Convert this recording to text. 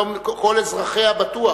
היום כל אזרחיה בטוח,